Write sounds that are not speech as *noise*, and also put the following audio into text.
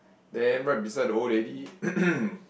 then right beside the old lady *coughs*